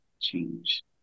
change